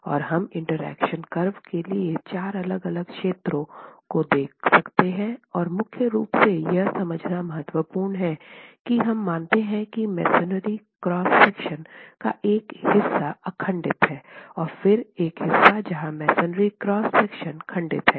और हमने interaction curve के लिए चार अलग अलग क्षेत्रों को देखा और मुख्य रूप से यह समझना महत्वपूर्ण है कि हम मानते हैं कि मसोनरी क्रॉस सेक्शन का एक हिस्सा अखंडित है और फिर एक हिस्सा जहां मसोनरी क्रॉस सेक्शन खंडित है